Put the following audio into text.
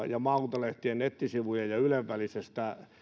ja maakuntalehtien nettisivujen ja ylen välisestä